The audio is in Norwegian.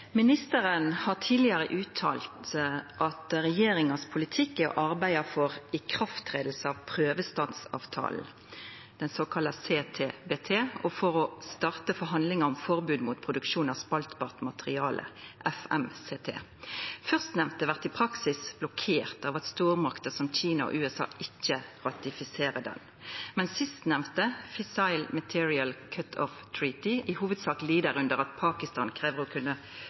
Ministeren har tidlegare uttalt at regjeringas politikk er å arbeida for iverksetjing av prøvestansavtalen, den såkalla CTBT, og for å starta forhandlingane om forbod mot produksjon av spaltbart materiale, FMCT. Førstnemnde blir i praksis blokkert av at stormakter som Kina og USA ikkje ratifiserer han, mens sistnemnde, The Fissile Material Cut-off Treaty, i hovudsak lid under at Pakistan krev å